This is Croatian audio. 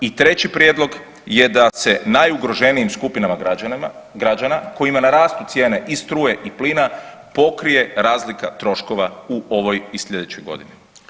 I treći prijedlog je da se najugroženijim skupinama građana kojima narastu cijene i struje i plina pokrije razlika troškova u ovoj i sljedećoj godini.